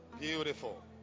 beautiful